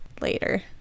later